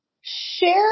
Share